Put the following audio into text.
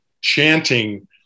chanting